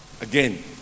again